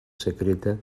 secreta